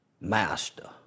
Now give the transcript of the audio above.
Master